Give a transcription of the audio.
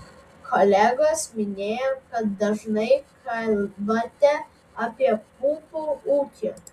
kolegos minėjo kad dažnai kalbate apie pupų ūkį